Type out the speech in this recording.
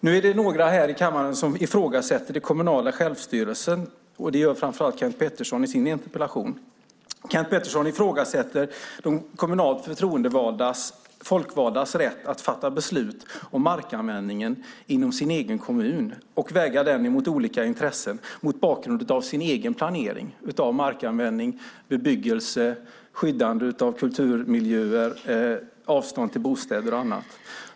Men här i kammaren finns det några som ifrågasätter den kommunala självstyrelsen. Framför allt Kent Pettersson gör det i sin interpellation. Kent Pettersson ifrågasätter de kommunalt folkvaldas rätt att fatta beslut om markanvändningen inom den egna kommunen och att väga den mot olika intressen mot bakgrund av den egna planeringen när det gäller markanvändning, bebyggelse, skyddande av kulturmiljöer, avstånd till bostäder etcetera.